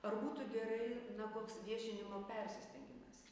ar būtų gerai na koks viešinimo persistengimas